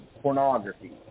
pornography